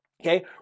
Okay